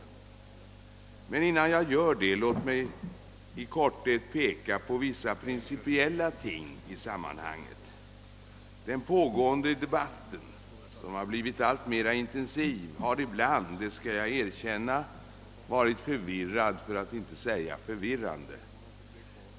Men låt mig innan jag gör det i korthet peka på vissa principiella ting i sammanhanget; Den pågående debatten, som blivit alltmer intensiv, har ibland — det skall jag erkänna — varit förvirrad, för att inte säga förvirrande.